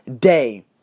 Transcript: day